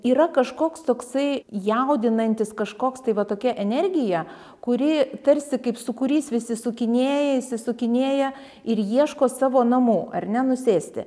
yra kažkoks toksai jaudinantis kažkoks tai va tokia energija kuri tarsi kaip sūkurys vis įsisukinėja įsisukinėja ir ieško savo namų ar ne nusėsti